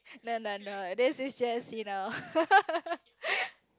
no lah not that is just you know